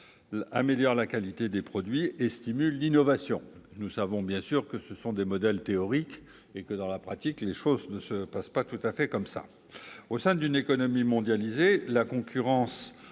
améliore la qualité des produits et stimule l'innovation. Nous savons bien sûr que ce sont des modèles théoriques et que, dans la pratique, les choses ne se passent pas tout à fait comme cela. Au sein d'une économie mondialisée, la concurrence